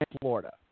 Florida